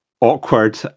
awkward